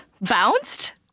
bounced